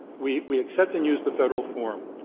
we we accept and use the federal form.